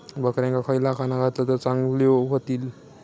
बकऱ्यांका खयला खाणा घातला तर चांगल्यो व्हतील?